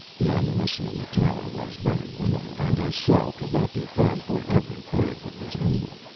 the ammunition in the tower was very limited, and a shell could not be found for every bird that was needed,